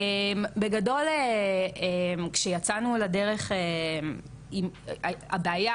בגדול כשיצאנו לדרך עם הבעיה,